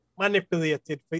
Manipulated